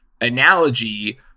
analogy